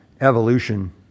evolution